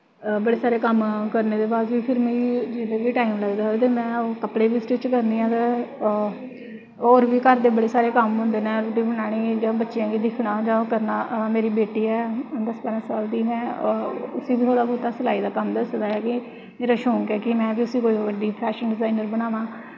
बड़े सारे कम्म करने दे बाद बी जिसलै मिगी टाइम लगदा ते में कपड़े बी स्टिच करनी आं ते होर बी घर दे बड़े सारे कम्म होंदे नै रुट्टी बनानी बच्चेआं गी दिक्खना मेरी बेटी ऐ दस बाह्रां साल दी में उस्सी बी सलाई दी कम्म बी सखाऽ दी शौंक ऐ कि में उस्सी बी फैशन डिजाइनर बनावां